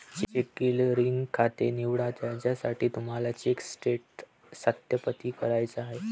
check clearing खाते निवडा ज्यासाठी तुम्हाला चेक स्टेटस सत्यापित करायचे आहे